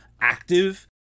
active